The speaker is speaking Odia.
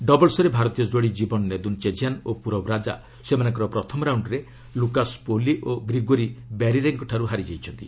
ଡବଲ୍ସରେ ଭାରତୀୟ ଯୋଡ଼ି ଜୀବନ ନେଦୁନ୍ଚେଝିଆନ୍ ଓ ପୁରବ୍ ରାଜା ସେମାନଙ୍କର ପ୍ରଥମ ରାଉଶ୍ଚରେ ଲୁକାସ୍ ପୌଲି ଓ ଗ୍ରିଗୋରି ବ୍ୟାରିରେଙ୍କଠାରୁ ହାରିଯାଇଛନ୍ତି